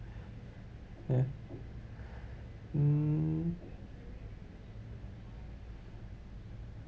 ya mm